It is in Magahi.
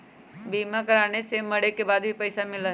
बीमा कराने से मरे के बाद भी पईसा मिलहई?